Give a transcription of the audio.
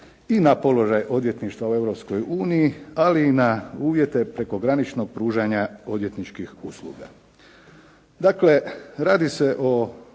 i na položaj odvjetništva u Europskoj uniji, ali i na uvjete prekograničnog pružanja odvjetničkih usluga.